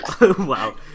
Wow